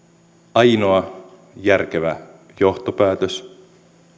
ainoa järkevä johtopäätös